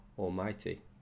Almighty